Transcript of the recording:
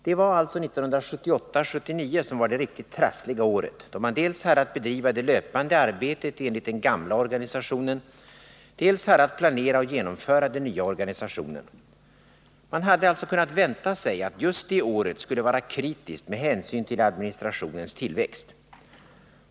Det var alltså 1978/79 som var det riktigt trassliga året, då man dels hade att bedriva det löpande arbetet enligt den gamla organisationen, dels hade att planera och genomföra den nya organisationen. Man hade alltså kunnat vänta sig att just det året skulle vara kritiskt med hänsyn till administrationens tillväxt.